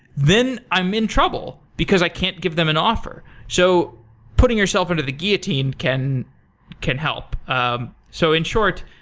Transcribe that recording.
then i'm in trouble, because i can't give them an offer. so putting yourself under the guillotine can can help. um so in short,